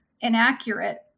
inaccurate